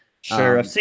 Sure